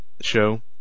show